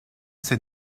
s’est